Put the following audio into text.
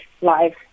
live